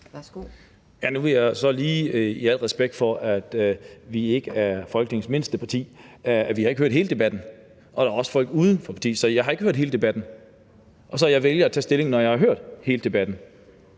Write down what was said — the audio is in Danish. (NB): Nu vil jeg så lige sige, i al respekt for at vi ikke er Folketingets mindste parti, at vi ikke har hørt hele debatten. Der er også folk uden for parti, så jeg har ikke hørt hele debatten. Og jeg vælger at tage stilling, når jeg har hørt hele debatten.